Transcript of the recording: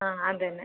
ആ അത് തന്നെ